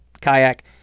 kayak